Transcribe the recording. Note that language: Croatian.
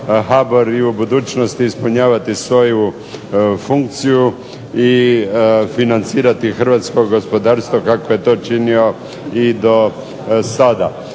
i u budućnosti ispunjavati svoju funkciju i financirati Hrvatsko gospodarstvo kako je to činio do sada.